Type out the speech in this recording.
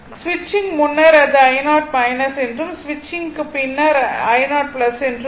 சுவிட்சிங் க்கு முன்னர் அது i0 என்றும் சுவிட்சிங் க்கு பின்னர் i0 என்றும் இருக்கும்